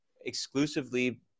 exclusively